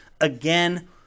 Again